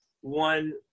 one